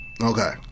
Okay